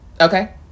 Okay